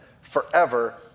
forever